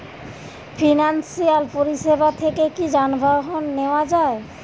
Financial পরিসেবা থেকে কি যানবাহন নেওয়া যায়?